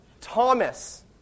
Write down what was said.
Thomas